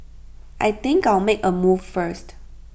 I think I'll make A move first